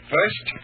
First